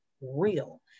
real